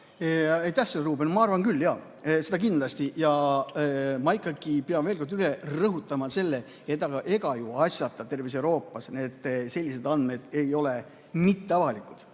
Aitäh sulle, Ruuben! Ma arvan küll, jaa, seda kindlasti. Ja ma ikkagi pean veel kord üle rõhutama selle, et ega ju asjata terves Euroopas sellised andmed ei ole avalikud.